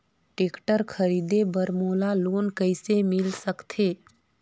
Tractor खरीदे बर मोला लोन कइसे मिल सकथे?